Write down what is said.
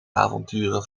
avonturen